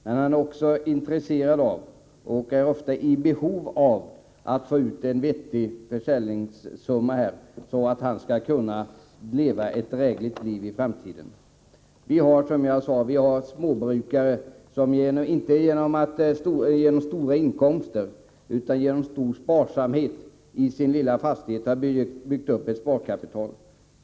Men han är också intresserad av — och ofta i behov av — att få ut en rimlig försäljningssumma, så att han kan leva ett drägligt liv i framtiden. Det finns, som jag sade, småjordbrukare som — inte genom stora inkomster utan genom stor sparsamhet — i sin lilla fastighet har byggt upp ett sparkapital.